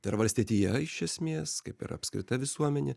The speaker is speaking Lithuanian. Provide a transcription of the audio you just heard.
tai yra valstietija iš esmės kaip ir apskrita visuomenė